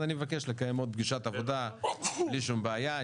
אני מבקש לקיים עוד פגישת עבודה בלי שום בעיה.